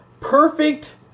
perfect